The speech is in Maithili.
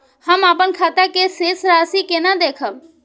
हम अपन खाता के शेष राशि केना देखब?